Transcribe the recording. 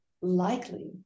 likely